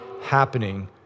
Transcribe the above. happening